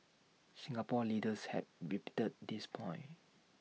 Singapore leaders have repeated this point